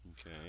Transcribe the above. Okay